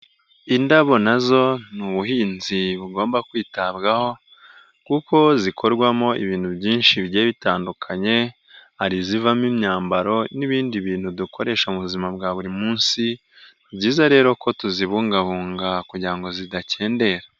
Indabo na zo ni ubuhinzi bugomba kwitabwaho, kuko zikorwamo ibintu byinshi bigiye bitandukanye hari izivamo imyambaro n'ibindi bintu dukoresha mu buzima bwa buri munsi, ni byiza rero ko tuzibungabunga kugira ngo zidakendera.